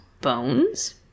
Bones